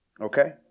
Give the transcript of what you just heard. Okay